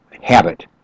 habit